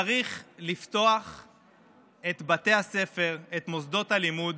צריך לפתוח את בתי הספר, את מוסדות הלימוד